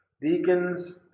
deacons